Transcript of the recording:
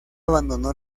abandonó